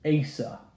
Asa